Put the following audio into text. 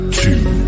two